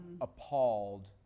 appalled